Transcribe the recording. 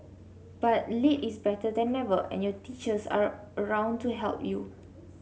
but late is better than never and your teachers are around to help you